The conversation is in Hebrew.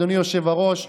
אדוני היושב-ראש,